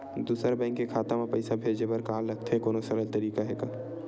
दूसरा बैंक के खाता मा पईसा भेजे बर का लगथे कोनो सरल तरीका हे का?